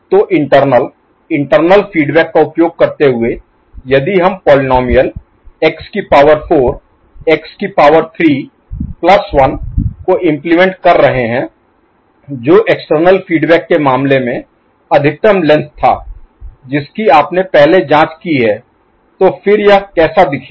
तो internal internal feedback का उपयोग करते हुए यदि हम पोलीनोमिअल x की पावर 4 x की पावर 3 प्लस 1 को इम्प्लीमेंट कर रहे हैं जो एक्सटर्नल फीडबैक के मामले में अधिकतम लेंथ था जिसकी आपने पहले जांच की है तो फिर यह कैसा दिखेगा